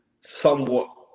somewhat